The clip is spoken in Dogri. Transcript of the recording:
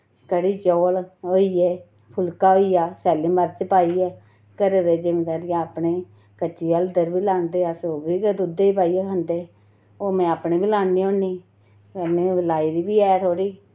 कढ़ी चौल होइये फुल्का होइया सैली मर्च पाइयै घरे दे जिम्दारियां अपने कच्ची हलदर बी लांदे अस ओह् बी गै दुध्दै पाइयै खंदे ओह् मैं अपने बी लानी होन्नी ते में ओह लाई बी ऐ थोह्ड़ी